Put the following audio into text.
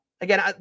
Again